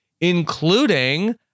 including